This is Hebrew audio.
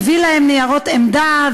מביא להם ניירות עמדה,